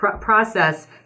process